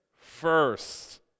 first